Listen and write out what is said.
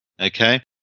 Okay